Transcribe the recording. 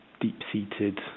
deep-seated